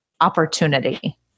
opportunity